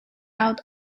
out